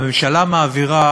הממשלה מעבירה